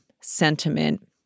sentiment